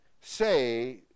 say